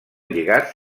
lligats